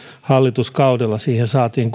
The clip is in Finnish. hallituskaudella siihen saatiin